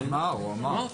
הוא אמר.